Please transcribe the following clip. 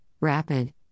rapid